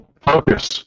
focus